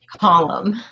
column